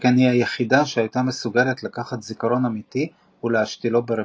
שכן היא היחידה שהייתה מסוגלת לקחת זיכרון אמיתי ולהשתילו ברפליקנט.